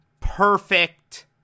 perfect